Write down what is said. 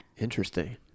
Interesting